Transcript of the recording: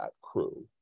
crew